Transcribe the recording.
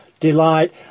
delight